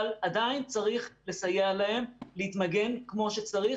אבל עדיין צריך לסייע להם להתמגן כמו שצריך